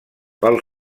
pel